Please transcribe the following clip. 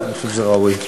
אני חושב שזה ראוי.